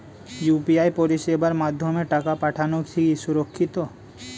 UPI পরিষেবার মাধ্যমে টাকা পাঠানো কি সুরক্ষিত?